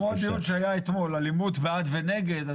כמו הדיון שהיה אתמול, אלימות בעד ונגד.